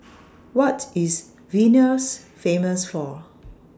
What IS Vilnius Famous For